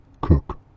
Cook